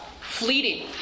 fleeting